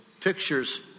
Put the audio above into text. pictures